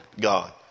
God